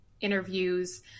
interviews